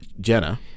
Jenna